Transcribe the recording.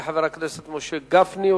יעלה חבר הכנסת משה גפני,